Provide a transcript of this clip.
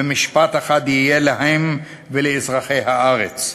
ומשפט אחד יהיה להם ולאזרחי הארץ".